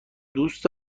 دوست